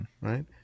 right